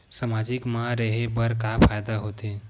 सामाजिक मा रहे बार का फ़ायदा होथे?